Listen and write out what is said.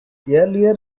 earlier